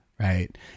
Right